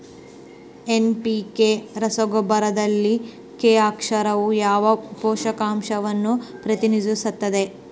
NPK ರಸಗೊಬ್ಬರದಲ್ಲಿ K ಅಕ್ಷರವು ಯಾವ ಪೋಷಕಾಂಶವನ್ನು ಪ್ರತಿನಿಧಿಸುತ್ತದೆ?